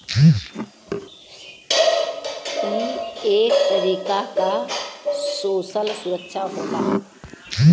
ई एक तरीके क सोसल सुरक्षा होला